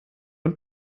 und